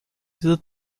diese